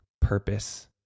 purpose